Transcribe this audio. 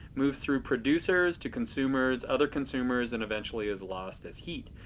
moves through producers to consumers, other consumers and eventually is lost as heat.